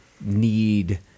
need